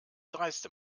dreiste